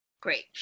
great